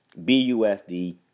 BUSD